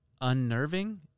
unnerving